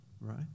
right